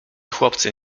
chłopcy